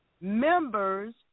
members